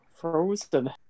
Frozen